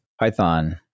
Python